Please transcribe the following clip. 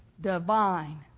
divine